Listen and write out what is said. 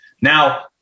now